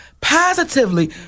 positively